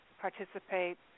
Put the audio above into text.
participate